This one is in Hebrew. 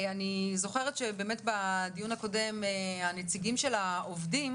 אני זוכרת שבאמת בדיון הקודם הנציגים של העובדים